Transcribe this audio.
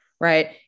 Right